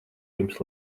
jums